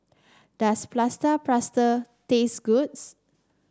does plaster taste good